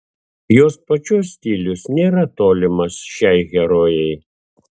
jos pačios stilius nėra tolimas šiai herojai